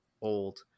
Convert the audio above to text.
old